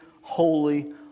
holy